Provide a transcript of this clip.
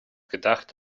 gedacht